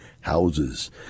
houses